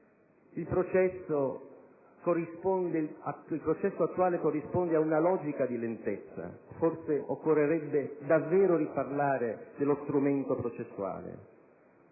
Il processo attuale corrisponde ad una logica di lentezza; forse occorrerebbe davvero riparlare dello strumento processuale.